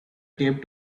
taped